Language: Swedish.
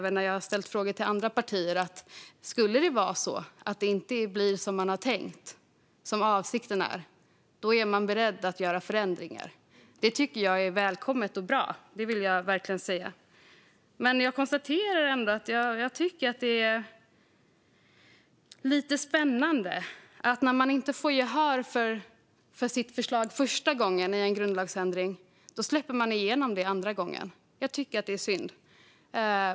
När jag har ställt frågor till andra partier har jag hört många säga att om det inte skulle bli på det sätt som man har avsett är man beredd att göra förändringar. Det tycker jag är välkommet och bra. Det vill jag verkligen säga. Men det är ändå lite spännande: Första gången det röstas om en grundlagsändring får man inte gehör för sitt förslag, men andra gången det röstas väljer man i stället att släppa igenom grundlagsändringen. Jag tycker att det är synd.